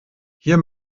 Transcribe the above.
hier